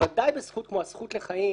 בוודאי בזכות כמו הזכות לחיים,